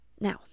Now